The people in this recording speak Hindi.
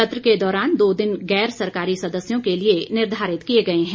सत्र के दौरान दो दिन गैर सरकारी सदस्यों के लिए निर्धारित किए गए हैं